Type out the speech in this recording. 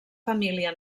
família